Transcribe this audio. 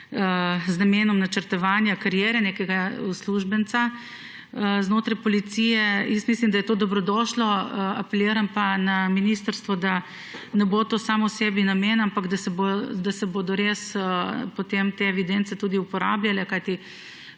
z namenom načrtovanja kariere nekega uslužbenca znotraj policije. Jaz mislim, da je to dobrodošlo. Apeliram pa na ministrstvo, da ne bo to samo sebi namen, ampak da se bodo res potem te evidence tudi uporabljale. Vemo